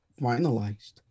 finalized